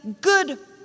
good